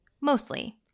mostly